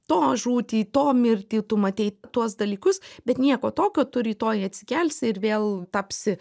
to žūtį to mirtį tu matei tuos dalykus bet nieko tokio tu rytoj atsikelsi ir vėl tapsi